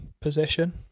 position